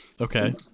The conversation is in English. okay